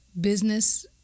business